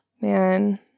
Man